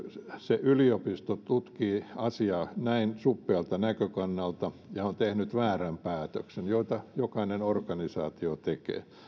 se yliopisto tutkii asiaa näin suppealta näkökannalta ja on tehnyt väärän päätöksen joita jokainen organisaatio tekee ja